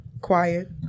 Quiet